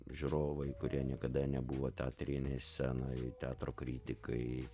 žiūrovai kurie niekada nebuvo teatrinėj scenoj teatro kritikai